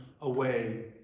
away